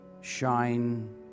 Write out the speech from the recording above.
shine